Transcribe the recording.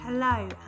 Hello